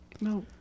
no